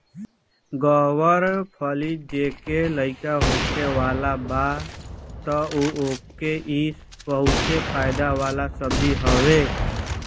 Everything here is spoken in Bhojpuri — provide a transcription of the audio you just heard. ग्वार फली जेके लईका होखे वाला बा तअ ओके इ बहुते फायदा करे वाला सब्जी हवे